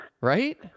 Right